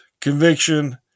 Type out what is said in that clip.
conviction